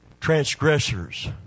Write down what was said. transgressors